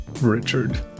Richard